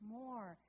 more